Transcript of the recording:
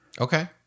Okay